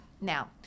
now